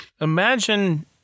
Imagine